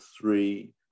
three